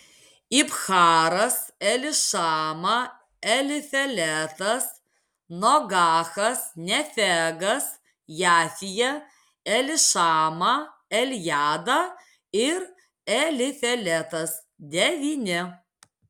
ibharas elišama elifeletas nogahas nefegas jafija elišama eljada ir elifeletas devyni